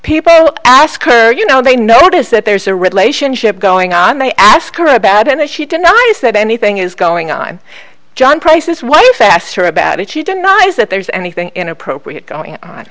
people ask her you know they notice that there's a relationship going on they ask her about and she denies that anything is going on i'm john price's wife asked her about it she denies that there's anything inappropriate going on